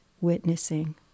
witnessing